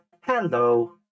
Hello